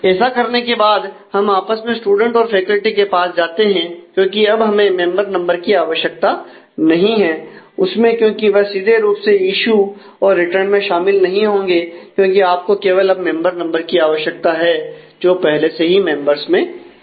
ऐसा करने के बाद हम आपस में स्टूडेंट और फैकल्टी के पास जाते हैं क्योंकि अब हमें मेंबर नंबर की आवश्यकता नहीं है उसमें क्योंकि वह सीधे रूप से इशू और रिटर्न में शामिल नहीं होंगे क्योंकि आपको केवल अब मेंबर नंबर की आवश्यकता है जो पहले से ही मेंबर्स में है